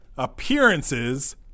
appearances